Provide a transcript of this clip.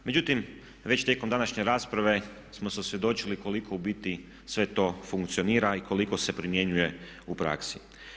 Međutim, već tijekom današnje rasprave smo se osvjedočili koliko u biti sve to funkcionira i koliko se primjenjuje u praksi.